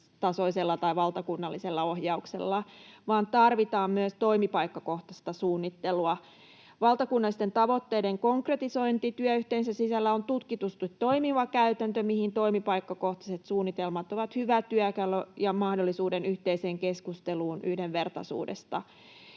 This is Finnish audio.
kuntatasoisella tai valtakunnallisella ohjauksella, vaan tarvitaan myös toimipaikkakohtaista suunnittelua. Valtakunnallisten tavoitteiden konkretisointi työyhteisön sisällä on tutkitusti toimiva käytäntö, mihin toimipaikkakohtaiset suunnitelmat ovat hyvä työkalu ja antavat mahdollisuuden yhteiseen keskusteluun yhdenvertaisuudesta.